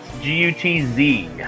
g-u-t-z